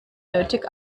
nötig